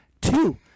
Two